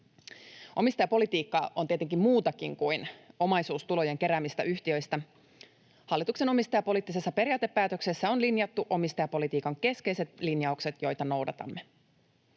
Omistajapolitiikka on tietenkin muutakin kuin omaisuustulojen keräämistä yhtiöistä. Hallituksen omistajapoliittisessa periaatepäätöksessä on linjattu omistajapolitiikan keskeiset linjaukset, joita noudatamme.